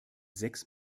sechs